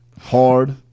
Hard